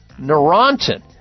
Neurontin